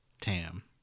Tam